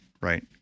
right